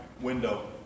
window